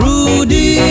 Rudy